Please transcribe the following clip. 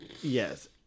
Yes